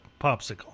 popsicle